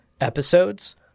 episodes